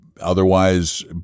Otherwise